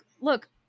look